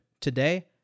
today